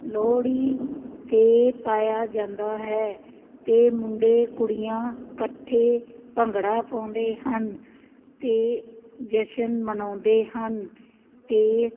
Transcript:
ਲੋਹੜੀ 'ਤੇ ਪਾਇਆ ਜਾਂਦਾ ਹੈ ਅਤੇ ਮੁੰਡੇ ਕੁੜੀਆਂ ਇਕੱਠੇ ਭੰਗੜਾ ਪਾਉਂਦੇ ਹਨ ਅਤੇ ਜਸ਼ਨ ਮਨਾਉਂਦੇ ਹਨ ਅਤੇ